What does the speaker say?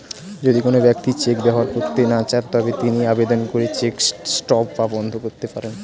যদি কোন ব্যক্তি চেক ব্যবহার করতে না চান তবে তিনি আবেদন করে চেক স্টপ বা বন্ধ করতে পারেন